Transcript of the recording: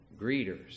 greeters